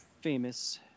famous